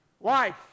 Life